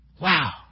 Wow